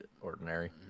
ordinary